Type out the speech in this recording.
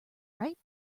right